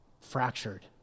fractured